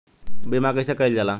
बीमा कइसे कइल जाला?